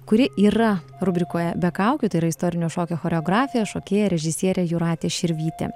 kuri yra rubrikoje be kaukių tai yra istorinio šokio choreografė šokėja režisierė jūratė širvytė